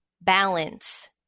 balance